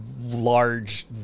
large